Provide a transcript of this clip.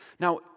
Now